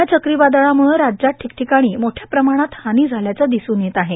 या चक्रीवादळामुळं राज्यात ठिकठिकाणी मोठ्या प्रमाणात हानी झाल्याचं दिसून येत आहे